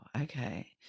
okay